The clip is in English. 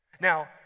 now